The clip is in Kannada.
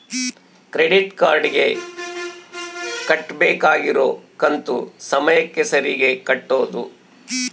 ಕ್ರೆಡಿಟ್ ಕಾರ್ಡ್ ಗೆ ಕಟ್ಬಕಾಗಿರೋ ಕಂತು ಸಮಯಕ್ಕ ಸರೀಗೆ ಕಟೋದು